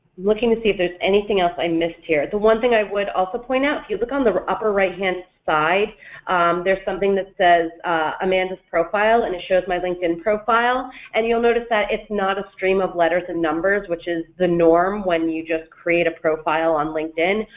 looking to see if there's anything else i missed here, the one thing i would also point out, if you look on the upper right-hand side there's something that says amanda's profile and it shows my linkedin profile and you'll notice that it's not a stream of letters and numbers, which is the norm when you just create a profile on linkedin,